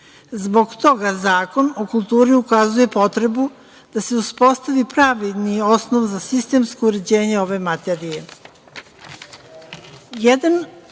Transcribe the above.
Zbog toga, Zakon o kulturi ukazuje potrebu da se uspostavi pravedni osnov za sistemsko uređenje ove materije. Jedan